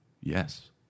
yes